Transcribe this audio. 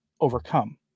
overcome